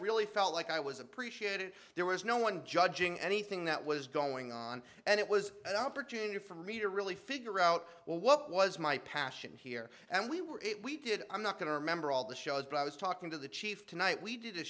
really felt like i was appreciated there was no one judging anything that was going on and it was an opportunity for me to really figure out what was my passion here and we were it we did i'm not going to remember all the shows but i was talking to the chief tonight we did a